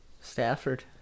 Stafford